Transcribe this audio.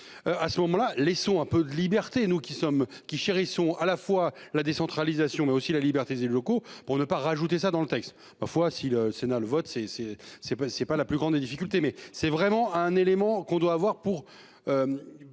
À ce moment-là. Laissons un peu de liberté, nous qui sommes qui chérit sont à la fois la décentralisation mais aussi la liberté locaux pour ne pas rajouter ça dans le texte. Ma foi, si le Sénat le votent, c'est c'est c'est pas c'est pas la plus grande difficulté mais c'est vraiment un élément qu'on doit avoir pour.